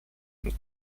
nous